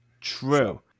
True